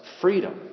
freedom